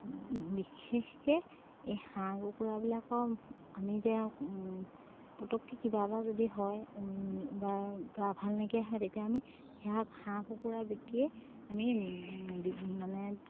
বিশেষকে এই হাঁহ কুকুৰাবিলাকক আমি এতিয়া পতককে কিবা এটা যদি হয় বা গা ভাল নাইকিয়া হয় তেতিয়া আমি সেই হাঁহ কুকুৰা বিকিয়েই আমি মানে